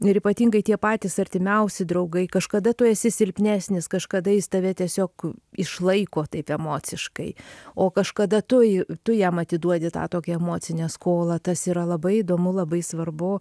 ir ypatingai tie patys artimiausi draugai kažkada tu esi silpnesnis kažkada jis tave tiesiog išlaiko taip emociškai o kažkada tu j tu jam atiduodi tą tokią emocinę skolą tas yra labai įdomu labai svarbu